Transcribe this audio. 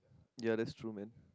ya that is true man